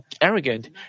arrogant